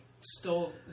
stole